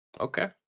Okay